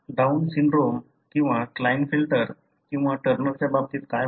down syndrome किंवा Klinefelter किंवा टर्नरच्या बाबतीत काय होते